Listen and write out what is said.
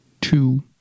two